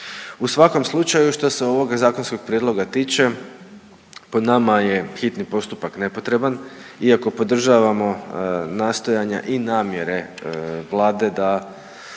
U svakom slučaju što se ovoga zakonskog prijedloga tiče po nama je hitni postupak nepotreban iako podržavamo nastojanja i namjere Vlade da